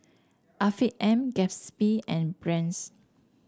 Afiq M Gatsby and Brand's